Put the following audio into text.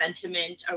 sentiment